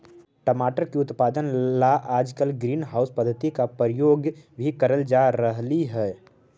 टमाटर की उत्पादन ला आजकल ग्रीन हाउस पद्धति का प्रयोग भी करल जा रहलई हे